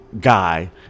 guy